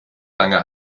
lange